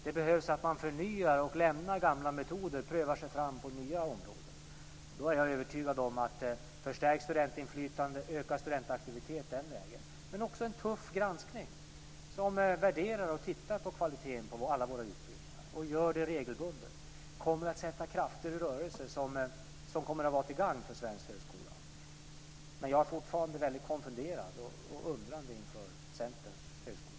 Det är nödvändigt att man förnyar, att man lämnar gamla metoder och prövar sig fram på nya områden. Jag är övertygad om att ett stärkt studentinflytande och en ökad studentaktivitet den vägen, och också en tuff granskning där man regelbundet värderar och tittar på kvaliteten på alla våra utbildningar, kommer att sätta krafter i rörelse som blir till gagn för svensk högskola. Men jag är fortfarande väldigt konfunderad och undrande inför Centerns högskolepolitik.